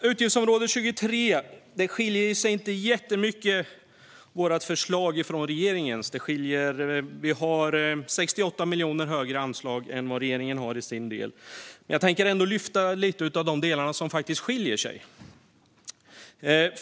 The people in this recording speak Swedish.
Inom utgiftsområde 23 skiljer sig vårt förslag inte jättemycket från regeringens - vi lägger 68 miljoner mer i anslag än vad regeringen gör - men jag tänkte ändå lyfta några av de delar som faktiskt skiljer sig åt.